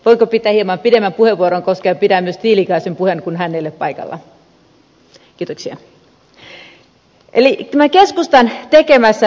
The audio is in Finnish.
voinko pitää hieman pidemmän puheenvuoron koska pidän myös edustaja tiilikaisen puheen kun hän ei ole paikalla